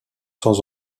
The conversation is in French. sans